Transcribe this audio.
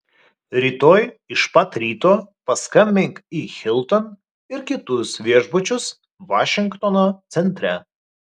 rytoj iš pat ryto paskambink į hilton ir kitus viešbučius vašingtono centre